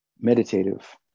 meditative